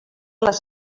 les